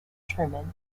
truman